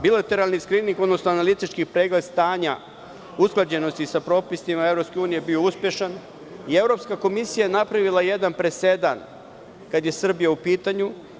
Bilateralni skrining, odnosno analitički pregled stanja usklađenosti sa propisima Evropske unije je bio uspešan i Evropska komisija je napravila jedan presedan kada je Srbija u pitanju.